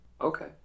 Okay